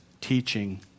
teaching